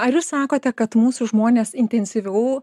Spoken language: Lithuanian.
ar jūs sakote kad mūsų žmonės intensyviau